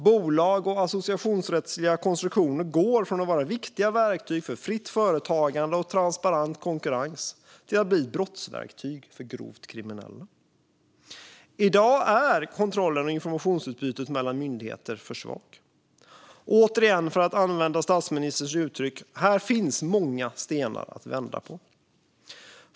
Bolag och associationsrättsliga konstruktioner går från att vara viktiga verktyg för fritt företagande och transparent konkurrens till att bli brottsverktyg för grovt kriminella. I dag är kontrollen och informationsutbytet mellan myndigheter för svagt. Återigen, för att använda statsministerns uttryck: Här finns många stenar att vända på.